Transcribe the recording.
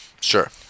Sure